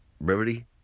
brevity